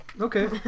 okay